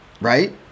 Right